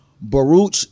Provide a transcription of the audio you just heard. Baruch